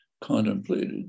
contemplated